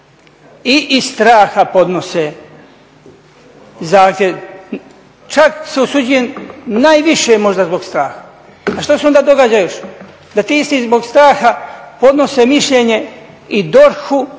I iz straha podnose zahtjev, čak se usuđujem, najviše možda zbog straha. A što se onda događa još? Da ti isti zbog straha podnose mišljenje i DORH-u